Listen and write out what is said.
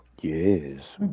Yes